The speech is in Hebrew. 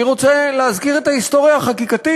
אני רוצה להזכיר את ההיסטוריה החקיקתית.